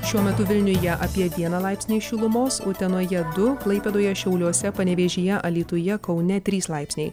šiuo metu vilniuje apie vieną laipsnį šilumos utenoje du klaipėdoje šiauliuose panevėžyje alytuje kaune trys laipsniai